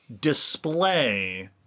display